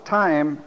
time